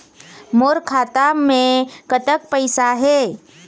मोर खाता मे कतक पैसा हे?